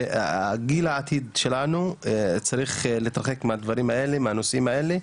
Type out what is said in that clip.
וגיל העתיד שלנו צריך להתרחק מהנושאים האלה,